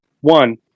One